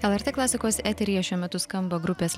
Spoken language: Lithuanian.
lrt klasikos eteryje šiuo metu skamba grupės